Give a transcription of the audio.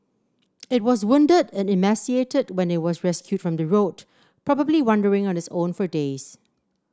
it was wounded and emaciated when it was rescued from the road probably wandering on its own for days